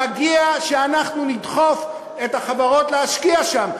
מגיע שאנחנו נדחוף את החברות להשקיע שם.